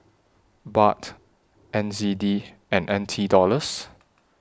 Baht N Z D and N T Dollars